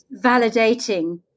Validating